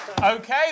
Okay